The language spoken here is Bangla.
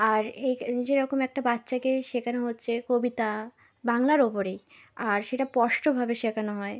আর এই যেরকম একটা বাচ্চাকে শেখানো হচ্ছে কবিতা বাংলার ওপরেই আর সেটা স্পষ্টভাবে শেখানো হয়